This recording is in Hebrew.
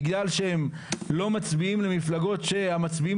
בגלל שהם לא מצביעים למפלגות שהמצביעים